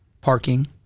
parking